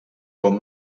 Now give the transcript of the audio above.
com